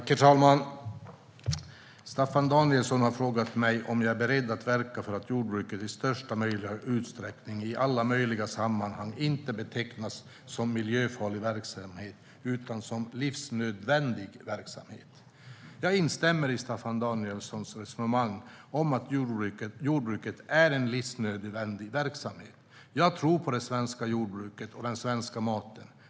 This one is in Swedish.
Herr talman! Staffan Danielsson har frågat mig om jag är beredd att verka för att jordbruket i största möjliga utsträckning, i alla möjliga sammanhang, inte ska betecknas som "miljöfarlig verksamhet" utan som "livsnödvändig verksamhet". Jag instämmer i Staffan Danielssons resonemang om att jordbruket är livsnödvändig verksamhet. Jag tror på det svenska jordbruket och den svenska maten.